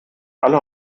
alle